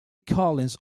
collins